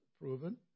proven